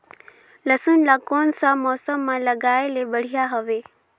लसुन ला कोन सा मौसम मां लगाय ले बढ़िया हवे?